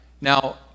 Now